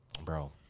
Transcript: Bro